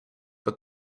but